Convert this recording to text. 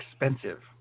expensive